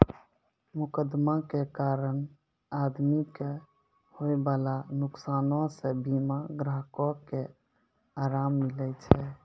मोकदमा के कारण आदमी के होयबाला नुकसानो से बीमा ग्राहको के अराम मिलै छै